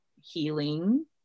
healing